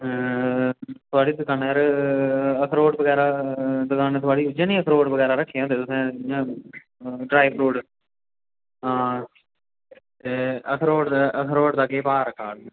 अं थुआढ़ी दकानै पर अखरोट बगैरा दकान थुआढ़ी इ'यै नि अखरोट बगैरा रक्खे दे होंदे तुसें ड्राईफ्रूट आं ते अखरोट अखरोट दा केह् भाऽ रक्खे दा